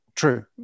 True